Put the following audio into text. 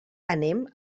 anem